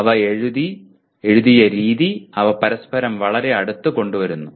അവ എഴുതിയ രീതി അവ പരസ്പരം വളരെ അടുത്ത് കൊണ്ടുവരുന്നു